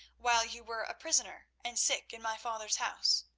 while you were a prisoner and sick in my father's house.